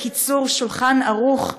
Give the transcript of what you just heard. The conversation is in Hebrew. ב"קיצור שולחן ערוך",